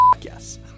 yes